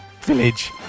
village